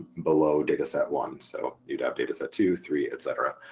below dataset one, so you'd have dataset two, three etc.